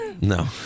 No